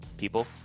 people